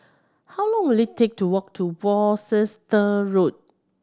how long will it take to walk to Worcester Road